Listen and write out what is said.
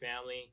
family